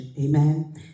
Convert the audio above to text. Amen